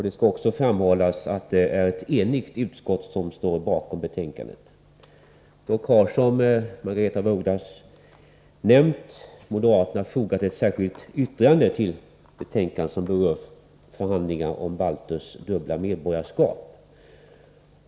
Det skall också framhållas att det är ett enigt utskott som står bakom betänkandet. Dock har moderaterna, som Margaretha af Ugglas nämnt, till betänkandet fogat ett särskilt yttrande, som berör förhandlingar om balters dubbla medborgarskap.